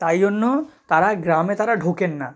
তাই জন্য তারা গ্রামে তারা ঢোকেন না